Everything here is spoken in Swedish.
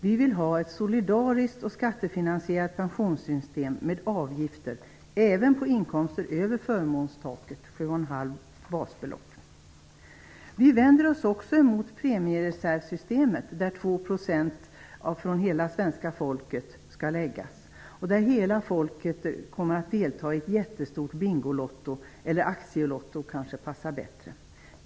Vi vill ha ett solidariskt och skattefinansierat pensionssystem, med avgifter även på inkomster över förmånstaket 7 1⁄2 basbelopp. Hela folket kommer att delta i ett jättestort Bingolotto, eller aktielotto kanske passar bättre.